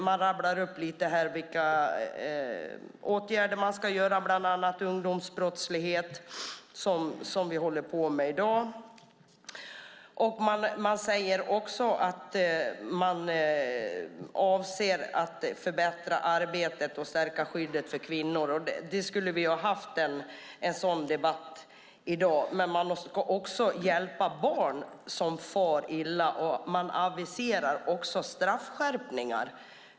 Man rabblar upp vilka åtgärder man ska vidta, bland annat beträffande ungdomsbrottslighet, som vi håller på med i dag. Man säger också att man avser att förbättra arbetet och stärka skyddet för kvinnor. En sådan debatt skulle vi ha haft i dag. Man ska också hjälpa barn som far illa och aviserar straffskärpningar.